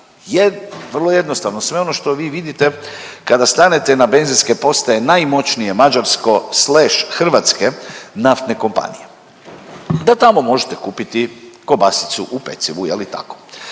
Vrlo jednostavno, sve ono što vi vidite kada stanete na benzinske postaje najmoćnije mađarsko-hrvatske naftne kompanije. Da tamo možete kupiti kobasicu u pecivu, je li tako?